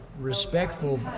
respectful